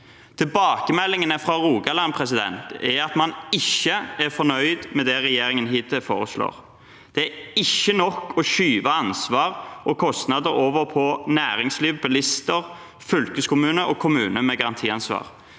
Tilbakemeldingene fra Rogaland er at man ikke er fornøyd med det regjeringen hittil foreslår. Det er ikke nok å skyve ansvar og kostnader over på næringsliv, bilister, fylkeskommune og kommune med garantiansvar.